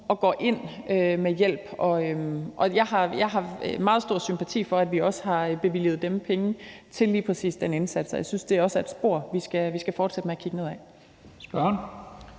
de går ind med hjælp. Og jeg har også meget stor sympati for, at vi har bevilget dem penge til lige præcis den indsats, og jeg synes også, det er et spor, vi skal fortsætte med at kigge ned ad.